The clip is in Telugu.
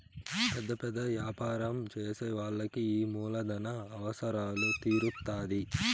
పెద్ద పెద్ద యాపారం చేసే వాళ్ళకి ఈ మూలధన అవసరాలు తీరుత్తాధి